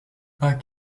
pas